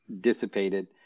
dissipated